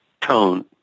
tone